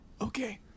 Okay